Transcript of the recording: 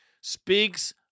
speaks